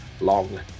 long